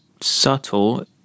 subtle